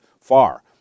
far